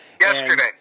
Yesterday